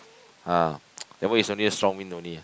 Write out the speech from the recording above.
ah that one is only a strong wind only